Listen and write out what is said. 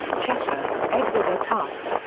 cheshire, edward r. tufte.